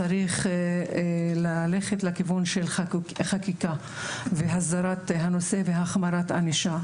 צריך ללכת לכיוון של חקיקה והסדרת הנושא והחמרת הענישה.